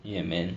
ya man